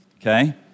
Okay